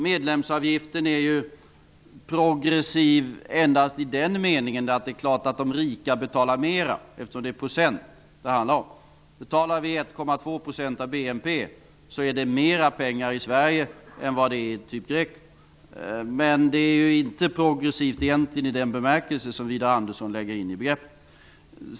Medlemsavgiften är ju progressiv endast i den meningen att det är klart att de rika betalar mera, eftersom det är procent det handlar om. Betalar vi 1,2 % av BNP, så är det mera pengar i Sverige än vad det är i Grekland. Men avgiften är inte progressiv i den bemärkelse som Widar Andersson lägger in i begreppet.